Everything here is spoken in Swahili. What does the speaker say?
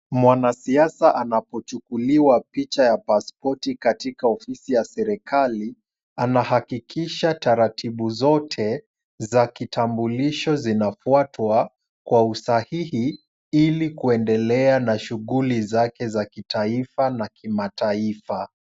Mwanasiasa anapochukuliwa picha ya pasipoti katika ofisi ya serikali, anahakikisha taratibu zote za kitambulisho zinafuatwa kwa usahihi, ili kuendelea na shughuli zake za kitaifa na kimataifa.